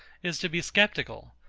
is to be sceptical,